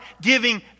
giving